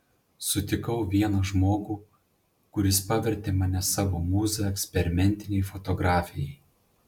sutikau vieną žmogų kuris pavertė mane savo mūza eksperimentinei fotografijai